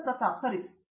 ಪ್ರತಾಪ್ ಹರಿದಾಸ್ ಸರಿ